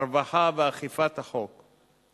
הרווחה ואכיפת החוק.